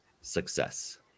success